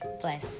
Bless